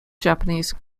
japanese